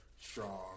strong